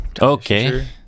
Okay